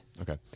Okay